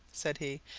said he.